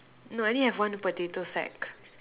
no I only have one potato sack